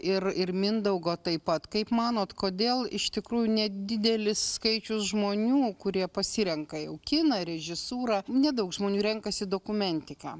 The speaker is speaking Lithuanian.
ir ir mindaugo taip pat kaip manot kodėl iš tikrųjų nedidelis skaičius žmonių kurie pasirenka jau kiną režisūrą nedaug žmonių renkasi dokumentiką